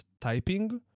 typing